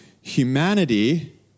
humanity